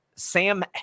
sam